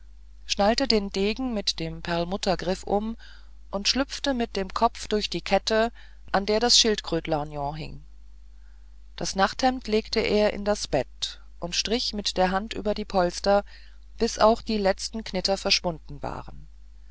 schnallte den degen mit dem perlmuttergriff um und schlüpfte mit dem kopf durch die kette an der das schildkrotlorgnon hing das nachthemd legte er in das bett und strich mit der hand über die polster bis auch die letzten knitter verschwunden waren